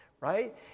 right